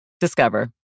Discover